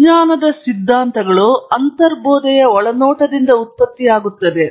ವಿಜ್ಞಾನದ ಸಿದ್ಧಾಂತಗಳು ಅಂತರ್ಬೋಧೆಯ ಒಳನೋಟದಿಂದ ಉತ್ಪತ್ತಿಯಾಗುತ್ತವೆ